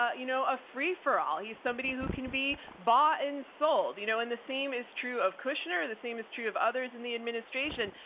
ah you know, a free for all. he's somebody who can be bought and sold, you know, and the same is true of kushner, the same is true of others in the administration.